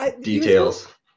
Details